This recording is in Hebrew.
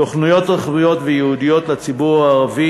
תוכניות רוחביות וייעודיות לציבור הערבי